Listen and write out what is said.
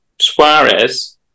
Suarez